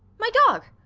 my dog.